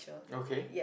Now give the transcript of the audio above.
okay